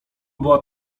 była